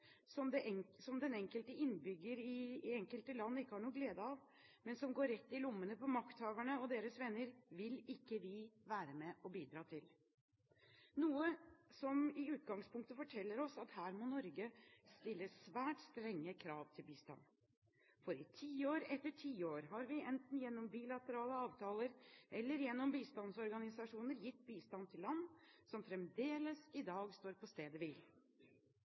Norge gjennom budsjettstøtte, som den enkelte innbygger i enkelte land ikke har noen glede av, men som går rett i lommene på makthaverne og deres venner, vil ikke vi være med og bidra til – noe som i utgangspunktet forteller oss at her må Norge stille svært strenge krav til bistand. I tiår etter tiår har vi enten gjennom bilaterale avtaler eller gjennom bistandsorganisasjoner gitt bistand til land som fremdeles i dag står på stedet